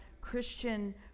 Christian